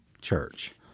church